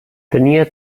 tenia